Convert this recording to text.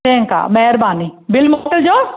ठीकु आहे महिरबानी बिल मोकिलिजो